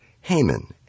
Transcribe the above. Haman